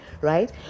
right